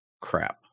crap